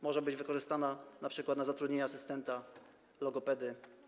Może być ona wykorzystana np. na zatrudnienie asystenta, logopedy.